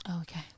Okay